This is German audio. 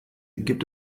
gibt